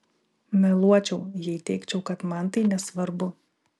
meluočiau jei teigčiau kad man tai nesvarbu